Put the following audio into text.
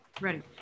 Ready